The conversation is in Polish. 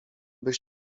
byś